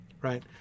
Right